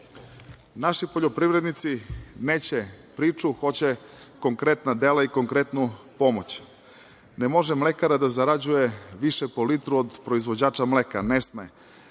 poljoprivrednici neće priču, hoće konkretna dela i konkretnu pomoć. Ne može mlekara da zarađuje više po litru od proizvođača mleka, ne sme.